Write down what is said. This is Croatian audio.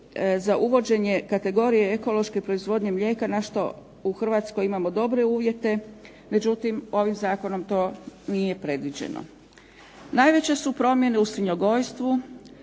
za uvođenje kategorije ekološke proizvodnje mlijeka na što u Hrvatskoj imamo dobre uvjete, međutim ovim zakonom to nije predviđeno. Najveće su promjene u svinjogojstvu